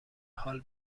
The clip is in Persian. حال